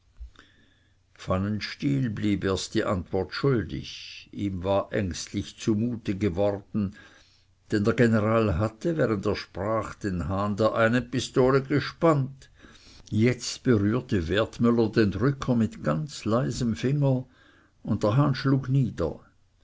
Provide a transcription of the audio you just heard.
pfannenstiel blieb erst die antwort schuldig ihm war ängstlich zumute geworden denn der general hatte während er sprach den hahn der einen pistole gespannt jetzt berührte wertmüller den drücker mit ganz leisem finger und der hahn schlug nieder